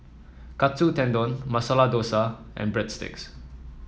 Katsu Tendon Masala Dosa and Breadsticks